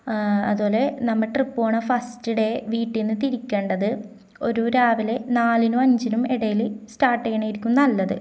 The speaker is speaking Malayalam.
ആ അതുപോലെ നമ്മള് ട്രിപ്പ് പോകുന്ന ഫസ്റ്റ് ഡേ വീട്ടില്നിന്ന് തിരിക്കേണ്ടത് ഒരു രാവിലെ നാലിനും അഞ്ചിനും ഇടയില് സ്റ്റാർട്ട് ചെയ്യുന്നതായിരിക്കും നല്ലത്